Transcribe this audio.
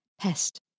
PEST